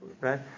right